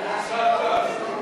הממשלה (תיקון,